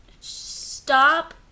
stop